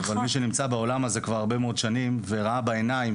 אבל מי שנמצא בעולם הזה כבר הרבה מאוד שנים וראה בעיניים